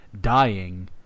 dying